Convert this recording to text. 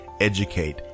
educate